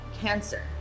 cancer